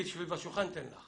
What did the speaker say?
בשולחן ואתן לך.